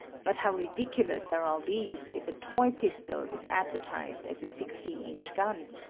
but how ridiculous are all these if a toy pistol is advertised as a sixteen-inch gun!